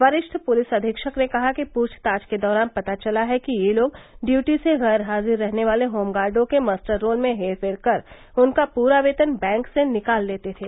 वरिष्ठ पुलिस अधीक्षक ने कहा कि पूछताछ के दौरान पता चला है कि ये लोग ड्यूटी से गैरहाजिर रहने वाले होमगाडों के मस्टररोल में हेरफेर कर उनका पूरा वेतन बैंक से निकाल लेते थे